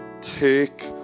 take